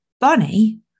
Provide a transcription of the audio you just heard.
Bonnie